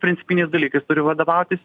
principiniais dalykais turi vadovautis